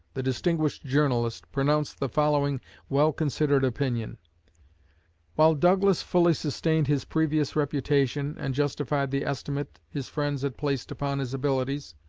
the distinguished journalist, pronounced the following well-considered opinion while douglas fully sustained his previous reputation, and justified the estimate his friends had placed upon his abilities,